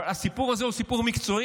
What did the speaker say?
אבל הסיפור הזה הוא סיפור מקצועי.